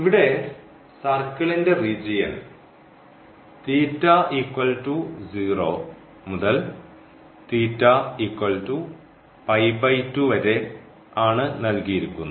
ഇവിടെ സർക്കിളിന്റെ റീജിയൻ θ 0 മുതൽ വരെ ആണ് നൽകിയിരിക്കുന്നത്